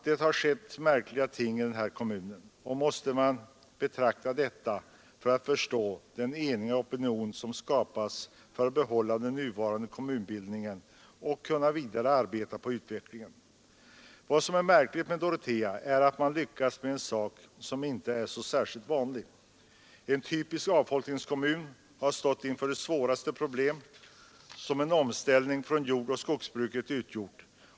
Det har skett märkliga ting i denna kommun, som det är nödvändigt att känna till för att förstå den eniga opinion som skapats för att man skall få behålla den nuvarande kommunbildningen och kunna arbeta vidare på utvecklingen. Vad som är märkligt med Dorotea är att man lyckats med en sak som inte är så särskilt vanlig. Det är fråga om en typisk avfolkningskommun som stått inför de svåraste problem som en omställning från jordoch skogsbruket medför.